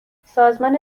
سازمان